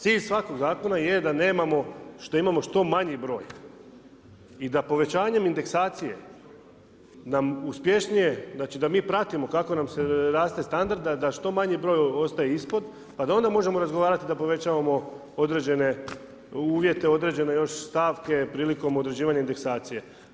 Cilj svakog zakona je da nemamo što imamo što manji broj i da povećanjem indeksacije nam uspješnije znači da mi pratimo kako nam raste standard da što manji broj ostaje ispod, pa da onda možemo razgovarati da povećavamo određene uvjete, određene još stavke prilikom određivanja indeksacije.